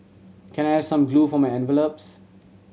can I have some glue for my envelopes